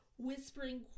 whispering